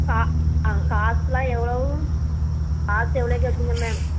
காசுலாம் எவ்வளவு காசு எவ்வளோ கேட்பீங்க மேம்